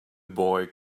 boy